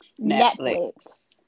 Netflix